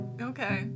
Okay